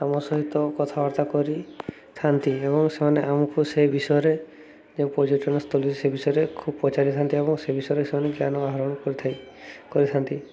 ତାଙ୍କ ସହିତ କଥାବାର୍ତ୍ତା କରିଥାନ୍ତି ଏବଂ ସେମାନେ ଆମକୁ ସେ ବିଷୟରେ ଯେଉଁ ପର୍ଯ୍ୟଟନସ୍ଥଳୀ ସେ ବିଷୟରେ ଖୁବ୍ ପଚାରିଥାନ୍ତି ଏବଂ ସେ ବିଷୟରେ ସେମାନେ ଜ୍ଞାନ ଆହରଣ କରିଥାଇ କରିଥାନ୍ତି